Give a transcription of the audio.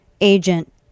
agent